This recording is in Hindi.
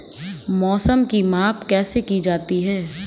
मौसम की माप कैसे की जाती है?